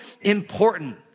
important